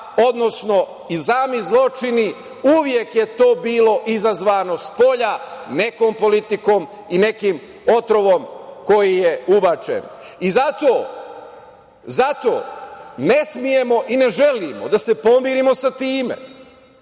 odnosno i sami zločini, uvek je to bilo izazvano spolja, nekom politikom i nekim otrovom koji je ubačen. Zato ne smemo i ne želimo da se pomirimo sa time